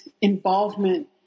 involvement